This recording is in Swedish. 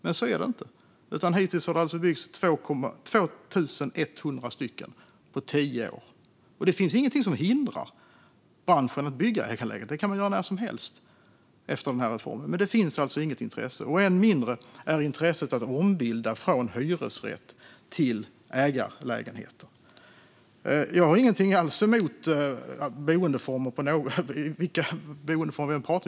Men så är det inte, utan hittills har det alltså byggts 2 100 stycken på tio år. Det finns inget som hindrar branschen att bygga ägarlägenheter. Det kan man göra när som helst efter reformen, men det finns alltså inget intresse. Än mindre är intresset för att ombilda från hyresrätt till ägarlägenhet. Jag har inget alls emot några som helst boendeformer.